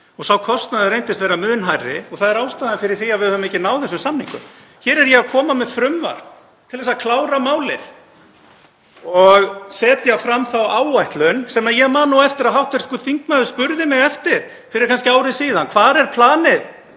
Sá kostnaður reyndist vera mun hærri og það er ástæðan fyrir því að við höfum ekki náð þessum samningum. Hér er ég að koma með frumvarp til að klára málið og setja fram þá áætlun sem ég man að hv. þingmaður spurði mig eftir fyrir kannski ári síðan: Hvar er planið,